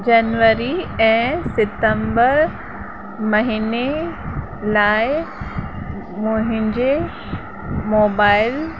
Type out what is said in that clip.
जनवरी ऐं सितंबर महीने लाइ मुंहिंजे मोबाइल